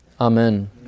Amen